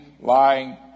lying